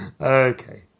Okay